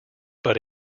but